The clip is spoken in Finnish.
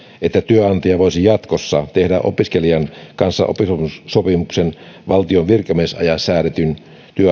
että työnantaja voisi jatkossa tehdä opiskelijan kanssa oppisopimuksen valtion virkamieslaissa säädetyn